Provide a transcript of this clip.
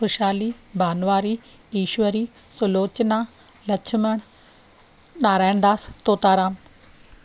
खुशाली बानवारी ईश्वरी सुलोचना लक्ष्मण नारायणदास तोता राम